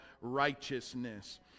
righteousness